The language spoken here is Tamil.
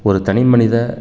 ஒரு தனிமனித